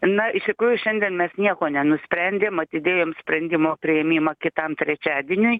na iš tikrųjų šiandien mes nieko nenusprendėm atidėjom sprendimo priėmimą kitam trečiadieniui